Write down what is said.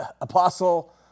Apostle